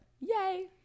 Yay